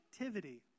activity